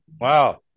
Wow